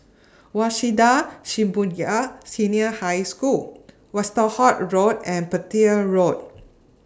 Waseda Shibuya Senior High School Westerhout Road and Petir Road